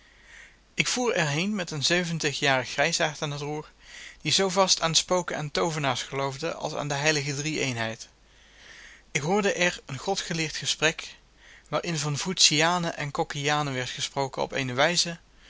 ik voer er heen met een zeventigjarig grijsaard aan t roer die zoo vast aan spoken en toovernaars geloofde als aan de heilige drieëenheid ik hoorde er een godgeleerd gesprek waarin van voetianen en coccejanen werd gesproken op eene wijze